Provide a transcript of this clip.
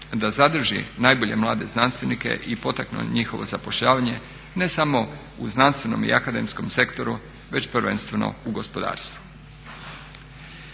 da zadrži najbolje mlade znanstvenike i potakne njihovo zapošljavanje ne samo u znanstvenom i akademskom sektoru već prvenstveno u gospodarstvu.